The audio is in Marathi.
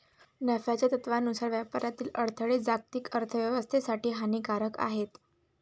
नफ्याच्या तत्त्वानुसार व्यापारातील अडथळे जागतिक अर्थ व्यवस्थेसाठी हानिकारक आहेत